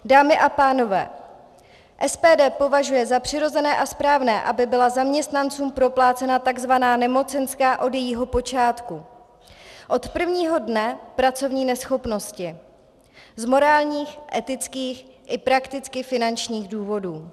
Dámy a pánové, SPD považuje za přirozené a správné, aby byla zaměstnancům proplácena tzv. nemocenská od jejího počátku, od prvního dne pracovní neschopnosti z morálních, etických i prakticky finančních důvodů.